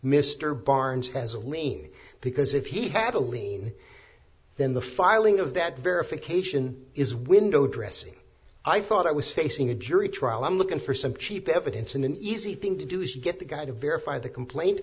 mr barnes has a lien because if he had a lien then the filing of that verification is window dressing i thought i was facing a jury trial i'm looking for some cheap evidence and an easy thing to do is get the guy to verify the complaint